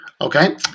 Okay